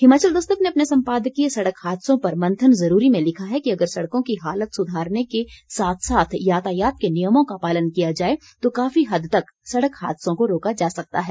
हिमाचल दस्तक ने अपने सम्पादकीय सड़क हादसों पर मंथन जरूरी में लिखा है कि अगर सड़कों की हालत सुधारने के साथ साथ यातायात के नियमों का पालन किया जाए तो काफी हद तक सड़क हादसों को रोका जा सकता है